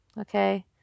okay